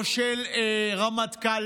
של רמטכ"ל,